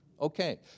Okay